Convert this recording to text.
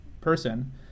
person